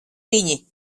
viņi